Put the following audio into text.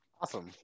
awesome